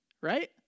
Right